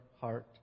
heart